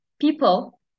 people